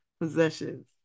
possessions